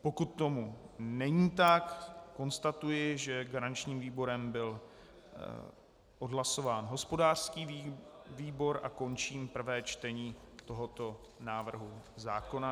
Pokud tomu není tak, konstatuji, že garančním výborem byl odhlasován hospodářský výbor, a končím prvé čtení tohoto návrhu zákona.